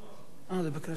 סעיפים 1